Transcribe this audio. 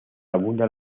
abundan